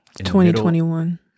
2021